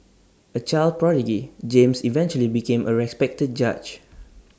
A child prodigy James eventually became A respected judge